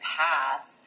path